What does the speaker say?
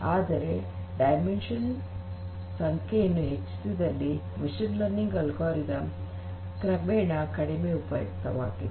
ಆದರೆ ಡೈಮೆಂಷನ್ ಸಂಖ್ಯೆಯನ್ನು ಹೆಚ್ಚಿಸಿದಲ್ಲಿ ಮಷೀನ್ ಲರ್ನಿಂಗ್ ಅಲ್ಗೊರಿದಮ್ ಕ್ರಮೇಣ ಕಡಿಮೆ ಉಪಯುಕ್ತವಾಗಿದೆ